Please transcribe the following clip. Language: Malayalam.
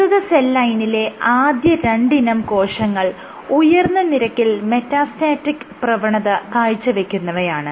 പ്രസ്തുത സെൽ ലൈനിലെ ആദ്യ രണ്ടിനം കോശങ്ങൾ ഉയർന്ന നിരക്കിൽ മെറ്റാസ്റ്റാറ്റിക് പ്രവണത കാഴ്ച്ചവെക്കുന്നവയാണ്